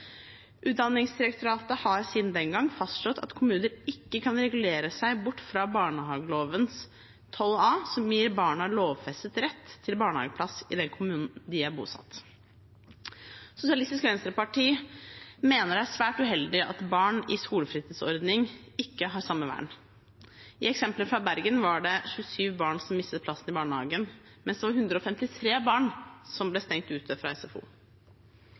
Utdanningsdirektoratet har siden den gang fastslått at kommuner ikke kan regulere seg bort fra barnehageloven § 12 a, som gir barna lovfestet rett til barnehageplass i den kommunen de er bosatt i. Sosialistisk Venstreparti mener det er svært uheldig at barn i skolefritidsordning ikke har samme vern. I eksempelet fra Bergen var det 27 barn som mistet plassen i barnehagen, mens det var 153 barn som ble stengt ute fra SFO.